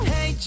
Hey